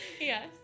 Yes